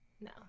no